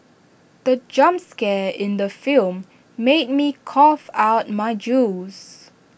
the jump scare in the film made me cough out my juice